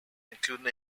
including